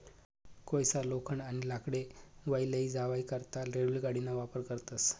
कोयसा, लोखंड, आणि लाकडे वाही लै जावाई करता रेल्वे गाडीना वापर करतस